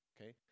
Okay